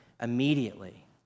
immediately